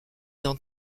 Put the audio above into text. dans